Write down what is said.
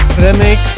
remix